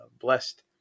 blessed